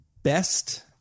Best